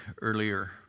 earlier